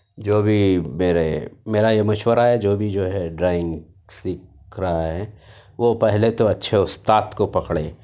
جو بھی میرے میرا یہ مشورہ ہے جو بھی جو ہے ڈرائنگ سیکھ رہا ہے وہ پہلے تو اچھے اُستاد کو پکڑے